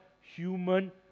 human